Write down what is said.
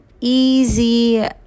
easy